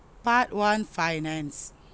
part one finance